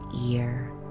ear